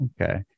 okay